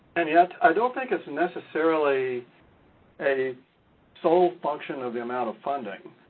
and yet i don't think it's and necessarily a sole function of the amount of funding.